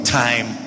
time